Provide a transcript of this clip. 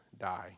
die